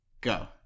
go